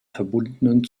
verbundenen